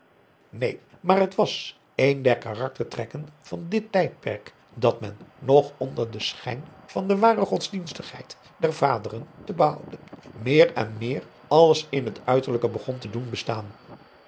neen maar het was een der karaktertrekken van dit tijdperk dat men nog onder den schijn van de ware godsdienstigheid der vaderen te behouden meer en meer alles in het uiterlijke begon te doen bestaan